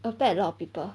affect a lot of people